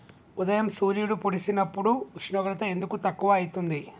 ఉదయం సూర్యుడు పొడిసినప్పుడు ఉష్ణోగ్రత ఎందుకు తక్కువ ఐతుంది?